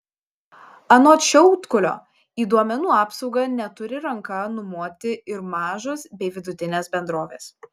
anot šiaudkulio į duomenų apsaugą neturi ranka numoti ir mažos bei vidutinės bendrovės